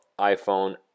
iPhone